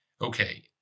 Okay